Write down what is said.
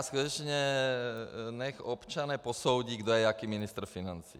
Skutečně nechť občané posoudí, kdo je jaký ministr financí.